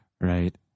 Right